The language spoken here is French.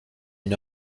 une